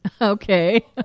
Okay